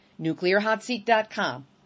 nuclearhotseat.com